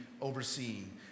overseeing